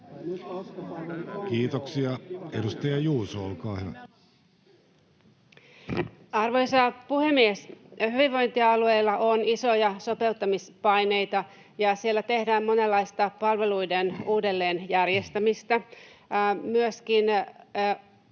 Harakka sd) Time: 16:17 Content: Arvoisa puhemies! Hyvinvointialueilla on isoja sopeuttamispaineita, ja siellä tehdään monenlaista palveluiden uudelleen järjestämistä. Myöskin otetaan